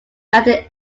ninety